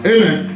Amen